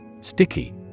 Sticky